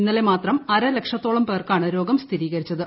ഇന്നലെ മാത്രം അര ലക്ഷത്തോളം പേർക്കാണ് രോഗം സ്ഥിരീകരിച്ചത്